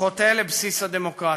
חוטא לבסיס הדמוקרטיה,